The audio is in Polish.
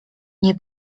nie